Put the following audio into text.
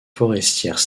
forestières